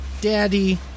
Daddy